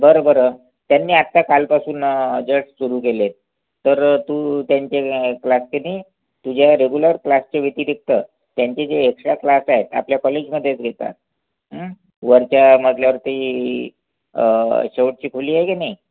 बरं बरं त्यांनी आत्ता कालपासून जश्ट सुरू केले आहेत तर तू त्यांच्या क्लाक की नाही तुझ्या रेगुलर क्लासच्या व्यतिरिक्त त्यांचे जे एक्श्ट्रा क्लास आहेत आपल्या कॉलेजमध्येच घेतात वरच्या मजल्यावरती शेवटची खोली आहे की नाही